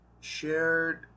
shared